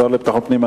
השר לביטחון פנים,